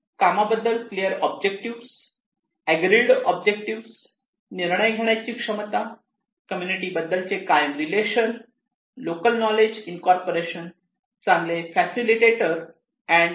कामाबद्दल clear objective agree objective निर्णय घेण्याची क्षमता कम्युनिटी बद्दलचे कायम रिलेशन लोकल नॉलेज इनकॉर्पोरेशन चांगले फॅसिलिटेटर अँड औटकम आवश्यक आहे